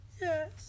Yes